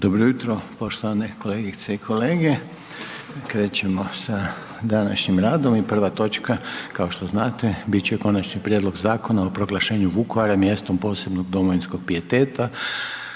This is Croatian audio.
Dobro jutro poštovane kolegice i kolege. Krećemo sa današnjim radom i prva točka kao što znate bit će: - Konačni prijedlog Zakona o proglašenju Vukovara mjestom posebnog domovinskog pijeteta,